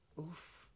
Oof